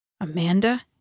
Amanda